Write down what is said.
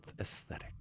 aesthetic